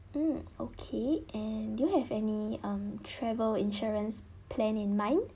mm okay and do you have any um travel insurance plan in mind